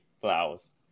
Flowers